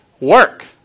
work